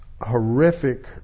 horrific